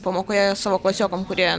pamokoje savo klasiokam kurie